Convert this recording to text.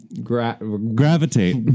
gravitate